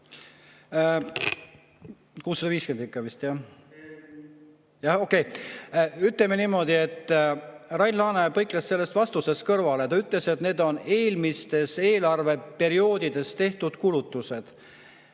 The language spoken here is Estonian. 650 ikka vist, jah? Okei, ütleme niimoodi, et Rain Laane põikles sellest vastusest kõrvale. Ta ütles, et need on eelmistel eelarveperioodidel tehtud kulutused.